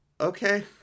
okay